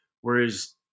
whereas